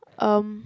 um